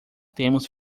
temos